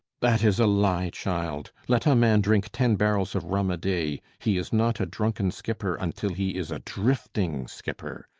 that is a lie, child. let a man drink ten barrels of rum a day, he is not a drunken skipper until he is a drifting skipper.